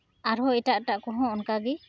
ᱟᱨᱦᱚᱸ ᱮᱴᱟᱜ ᱮᱴᱟᱜ ᱠᱚᱦᱚᱸ ᱚᱱᱠᱟ ᱜᱮ